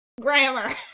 grammar